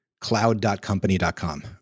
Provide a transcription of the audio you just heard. cloud.company.com